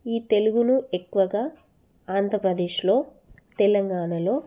ఈ తెలుగును ఎక్కువగా ఆంధ్రప్రదేశ్లో తెలంగాణలో